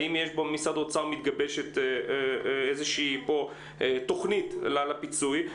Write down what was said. האם במשרד האוצר מתגבשת פה איזושהי תוכנית לפיצוי?